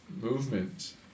movement